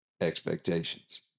expectations